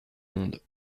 monde